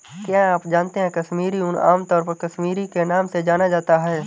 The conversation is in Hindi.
क्या आप जानते है कश्मीरी ऊन, आमतौर पर कश्मीरी के नाम से जाना जाता है?